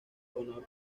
honor